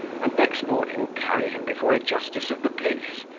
and next morning carry him before a justice of the peace,